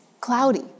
cloudy